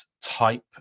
type